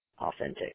authentic